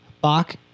Bach